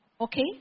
Okay